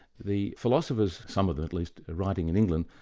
the philosophers, some of them at least writing in england,